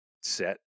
set